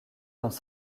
dans